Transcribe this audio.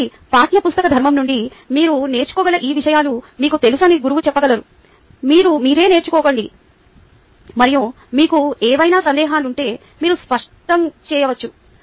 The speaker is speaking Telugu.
కాబట్టి పాఠ్యపుస్తక ధర్మం నుండి మీరు నేర్చుకోగల ఈ విషయాలు మీకు తెలుసని గురువు చెప్పగలరు మీరే నేర్చుకోకండి మరియు మీకు ఏవైనా సందేహాలు ఉంటే మీరు స్పష్టం చేయవచ్చు